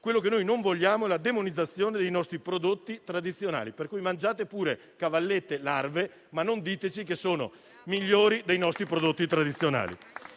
Quello che non vogliamo è la demonizzazione dei nostri prodotti tradizionali, per cui mangiate pure cavallette e larve, ma non diteci che sono migliori dei nostri prodotti tradizionali.